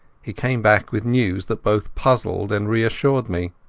he came back with news that both puzzled and reassured me.